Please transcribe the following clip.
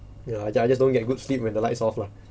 ya I ju~ I just don't get good sleep when the lights off lah